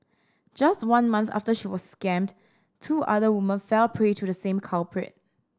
just one month after she was scammed two other women fell prey to the same culprit